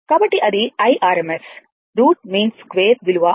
కాబట్టి అది IRMS root mean square విలువ అని పిలుస్తాము